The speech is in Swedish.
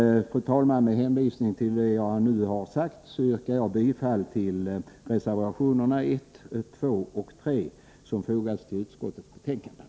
Fru talman! Med hänvisning till vad jag nu sagt yrkar jag bifall till reservationerna 1, 2 och 3, som fogats till utskottets betänkande.